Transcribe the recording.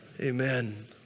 Amen